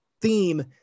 theme